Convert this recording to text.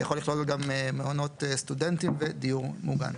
יכול גם לכלול מעונות סטודנטים ודיור מוגן.